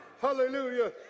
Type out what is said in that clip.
Hallelujah